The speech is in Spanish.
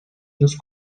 los